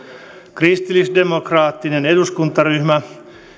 kristillisdemokraattinen eduskuntaryhmä